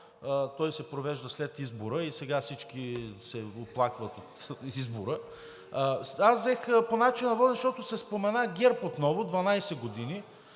той се провежда след избора и сега всички се оплакват от избора. Аз взех по начина на водене, защото се спомена ГЕРБ отново – 12 години.